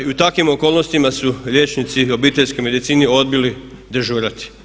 I u takvim okolnostima su liječnici obiteljske medicine odbili dežurati.